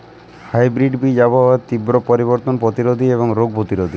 hybrid বীজ আবহাওয়ার তীব্র পরিবর্তন প্রতিরোধী এবং রোগ প্রতিরোধী